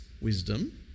wisdom